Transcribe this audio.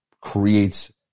creates